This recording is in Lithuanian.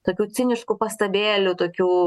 tokių ciniškų pastabėlių tokių